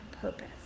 purpose